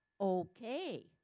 okay